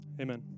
Amen